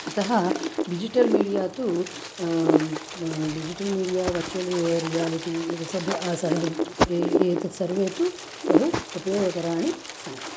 अतः digital media तु digital media virtual re reality एत् सभ्य सह ए एतत् सर्वे तु बहु उपयोगकराणि सन्ति